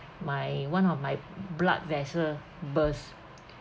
my one of my blood vessel burst